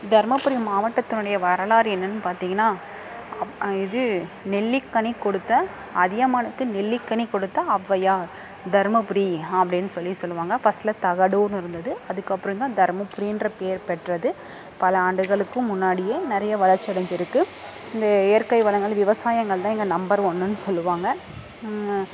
தருமபுரி மாவட்டத்தினுடைய வரலாறு என்னென்னு பார்த்தீங்கன்னா இது நெல்லிக்கனி கொடுத்த அதியமானுக்கு நெல்லிக்கனி கொடுத்த ஒளவையார் தருமபுரி அப்படின்னு சொல்லி சொல்லுவாங்க ஃபர்ஸ்ட்டில் தகடுனு இருந்தது அதுக்கப்புறம் தான் தருமபுரின்ற பேர் பெற்றது பல ஆண்டுகளுக்கும் முன்னாடியே நிறைய வளர்ச்சி அடைஞ்சிருக்கு இந்த இயற்கை வளங்கள் விவசாயங்கள் தான் இங்கே நம்பர் ஒன்றுனு சொல்லுவாங்க